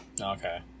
okay